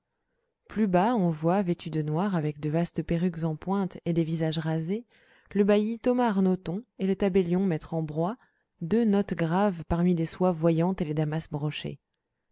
plus bas on voit vêtus de noir avec de vastes perruques en pointe et des visages rasés le bailli thomas arnoton et le tabellion maître ambroy deux notes graves parmi les soies voyantes et les damas brochés